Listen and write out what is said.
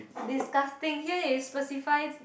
disgusting here is specify